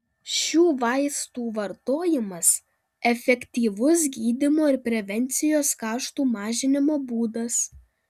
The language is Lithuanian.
šių vaistų vartojimas efektyvus gydymo ir prevencijos kaštų mažinimo būdas